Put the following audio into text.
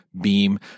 beam